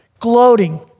gloating